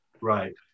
Right